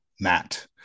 Matt